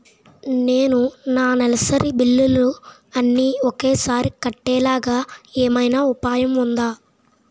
నేను నా నెలసరి బిల్లులు అన్ని ఒకేసారి కట్టేలాగా ఏమైనా ఉపాయం ఉందా?